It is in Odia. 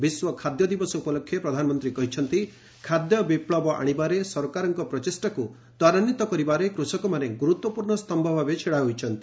ବିଶ୍ୱ ଖାଦ୍ୟ ଦିବସ ଉପଲକ୍ଷେ ପ୍ରଧାନମନ୍ତ୍ରୀ କହିଛନ୍ତି ଖାଦ୍ୟ ବିପୁବ ଆଶିବାରେ ସରକାରଙ୍କ ପ୍ରଚେଷ୍ଟାକୁ ତ୍ୱରାନ୍ୱିତ କରିବାରେ କୃଷକମାନେ ଗୁରୁତ୍ୱପୂର୍ଣ୍ଣ ସ୍ତମ୍ଭ ଭାବେ ଛିଡ଼ା ହୋଇଛନ୍ତି